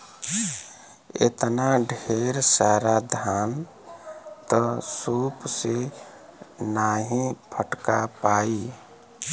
एतना ढेर सारा धान त सूप से नाहीं फटका पाई